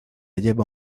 lleva